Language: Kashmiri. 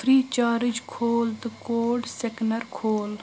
فری چارٕج کھول تہٕ کوڈ سکینَر کھول